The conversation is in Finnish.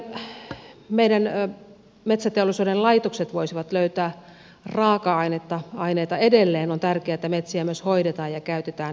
jotta meidän metsäteollisuuden laitokset voisivat löytää raaka aineita edelleen on tärkeätä että metsiä myös hoidetaan ja käytetään oikein